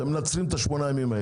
אתם מנצלים את ה-8 ימים.